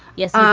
yes, um